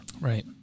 Right